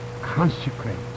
Consecrate